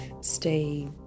stay